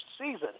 season